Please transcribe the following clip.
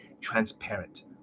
transparent